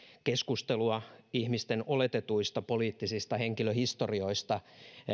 keskustelua ihmisten oletetuista poliittisista henkilöhistorioista